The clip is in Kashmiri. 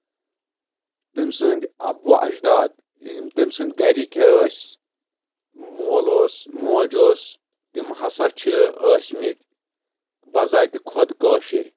تٔمۍ سٕنٛدۍ اَبوا اشداد تٔمۍ سٕنٛدۍ گرِکی ٲسۍ مول اوس موج اوس تِم ہسا چھِ ٲسمٕتۍ بَزاتہِ کھۄد کٲشِر